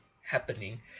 happening